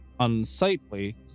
unsightly